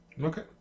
Okay